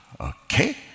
Okay